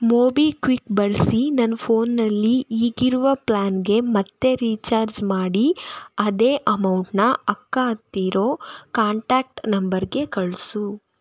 ಮೋಬಿಕ್ವಿಕ್ ಬಳಸಿ ನನ್ನ ಫೋನಲ್ಲಿ ಈಗಿರುವ ಪ್ಲ್ಯಾನ್ಗೆ ಮತ್ತೆ ರೀಚಾರ್ಜ್ ಮಾಡಿ ಅದೇ ಅಮೌಂಟನ್ನು ಅಕ್ಕ ಅಂತಿರೋ ಕಾಂಟ್ಯಾಕ್ಟ್ ನಂಬರ್ಗೆ ಕಳಿಸು